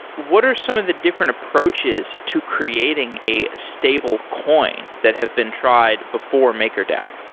what are some of the different approaches to creating a stablecoin that have been tried before makerdao?